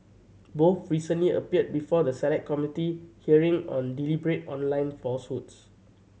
both recently appeared before the Select Committee hearing on deliberate online falsehoods